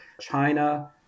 China